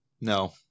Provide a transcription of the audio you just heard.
No